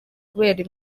kubera